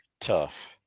tough